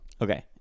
Okay